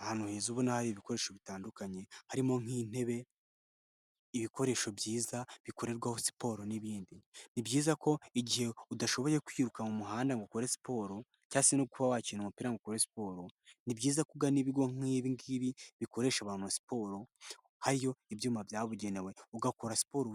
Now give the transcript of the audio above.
Ahantu heza ubu n' hariho ibikoresho bitandukanye harimo nk'intebe ibikoresho byiza bikorerwaho siporo n'ibindi, ni byiza ko igihe udashoboye kwiruka mu muhanda ngo ukore siporo cyase no kuba wakina umupira kugirango ukora siporo, ni byiza kugana ibigo nk'ibiingibi bikoresha abantu siporo habayo ibyuma byabugenewe ugakora siporo